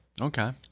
Okay